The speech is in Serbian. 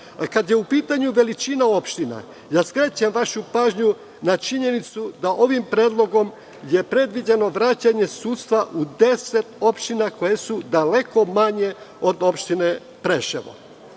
je u pitanju veličina opština, skrećem vašu pažnju na činjenicu da ovim predlogom je predviđeno vraćanje sudstva u deset opština koje su daleko manje od opštine Preševo.